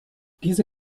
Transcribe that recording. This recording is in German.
diese